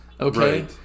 okay